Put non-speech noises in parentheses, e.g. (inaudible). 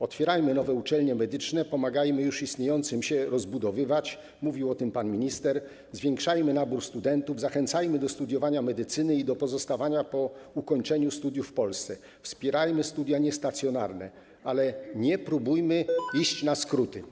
Otwierajmy nowe uczelnie medyczne, pomagajmy już istniejącym się rozbudowywać - mówił o tym pan minister - zwiększajmy nabór na studia, zachęcajmy do studiowania medycyny i do pozostawania po ukończeniu studiów w Polsce, wspierajmy studia niestacjonarne, ale nie próbujmy (noise) iść na skróty.